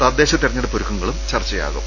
തദ്ദേശ തെരഞ്ഞെടുപ്പ് ഒരുക്കങ്ങളും ചർച്ചയാകും